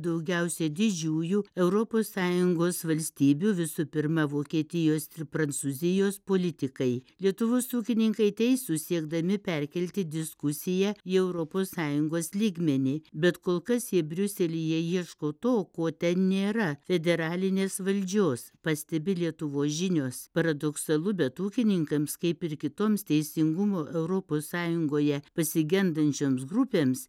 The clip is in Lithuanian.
daugiausiai didžiųjų europos sąjungos valstybių visų pirma vokietijos ir prancūzijos politikai lietuvos ūkininkai teisūs siekdami perkelti diskusiją į europos sąjungos lygmenį bet kol kas jie briuselyje ieško to ko ten nėra federalinės valdžios pastebi lietuvos žinios paradoksalu bet ūkininkams kaip ir kitoms teisingumo europos sąjungoje pasigendančioms grupėms